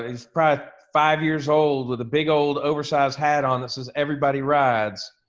is probably five years old with a big old oversize hat on this is everybody rides.